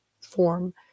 form